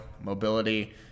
mobility